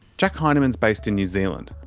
jack heinemann is based in new zealand.